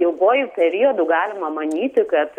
ilguoju periodu galima manyti kad